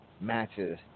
matches